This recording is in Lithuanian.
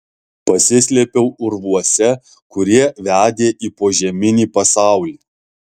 pasislėpiau urvuose kurie vedė į požeminį pasaulį